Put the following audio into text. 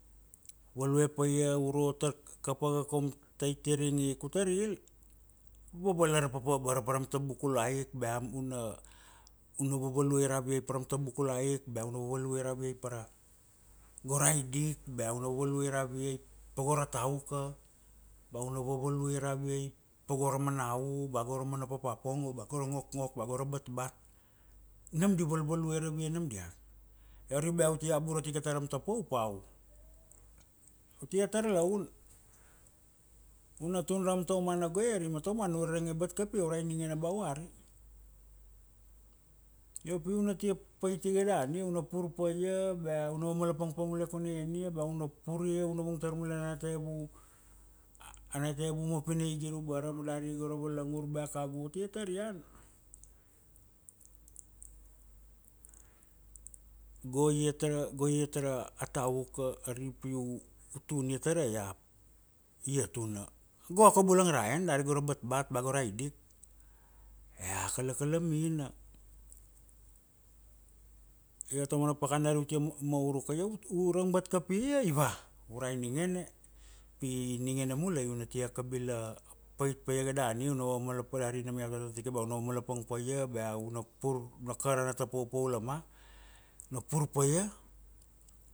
value pa ia uro, tar kapa ga kaum ta itiring ik u tar il. Vavalar papa abara pa ra am ta bukula ik bea u na, u na vavalue ravie pa ra am ta bukula ik, bea u na vavalue ravie pa ra go ra aidik bea u na vavalue ravie pa go ra tauka, ba u na vavalue ravie pa go ra mana u ba go ra mana popa pongo ba koro ngokngok ba go ra batbat. Nam di valvalue ravie nam diat. Io ari bea u tia burat ika tar am ta paupau, u tia tar laun, u na tun ra am ta umana goieri ma ta umana u rerenge bat kapia u rai ningene ba oari. Io pi u na tia paitia ga dania u na pur pa ia bea u na vamalapang pa mule pu na iania, ba u na puria, u na vung tar mule ana ta evu, ana ta evu mapina igir ubarama dari go ra valangur bea kagua u tia tar ian. Go iat ra, go iat ra a tauka ari pi u tunia ta ra iap, ia tuna, go ka bulang ra en dari go ra batbat ba go ra idik, ea akala kalamina. Io ta mana pakana ari u tia maur u ka, io u rang bat kapia, i va, u rai ningene, pi ningene mulai u na tia kabila pait pa ia ga dania, dari nam iau tar tatike ba u na vamalapang pa ia bea u na pur, u na ka ra ana ta paupau lama, u na pur pa ia